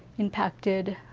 impacted